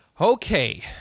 Okay